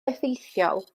effeithiol